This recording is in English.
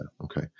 Okay